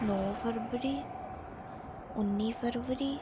नौ फरवरी उन्नी फरवरी